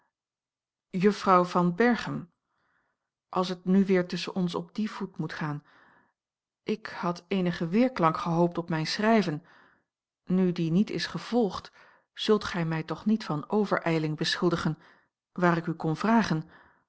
juffrouw van berchem als het nu weer tusschen ons op dien voet moet gaan ik had eenigen weerklank gehoopt op mijn schrijven nu die niet is gevolgd zult gij mij toch niet van overijling beschuldigen waar ik u kom vragen